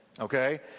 okay